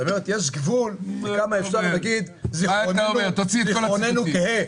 זאת אומרת, יש גבול כמה אפשר להגיד זיכרוננו קהה.